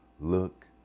look